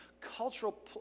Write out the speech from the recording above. cultural